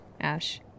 Ash